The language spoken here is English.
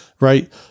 right